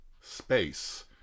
space